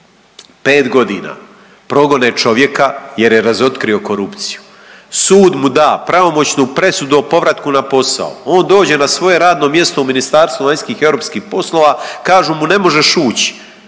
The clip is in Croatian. pet godina progone čovjeka jer je razotkrio korupciju, sud mu da pravomoćnu presudu o povratku na posao, on dođe na svoje radno mjesto u MVEP kažu mu ne možeš uć.